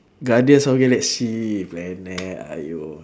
guardians of the galaxy planet !aiyo!